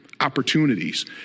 Opportunities